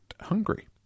hungry